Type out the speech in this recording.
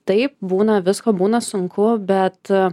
taip būna visko būna sunku bet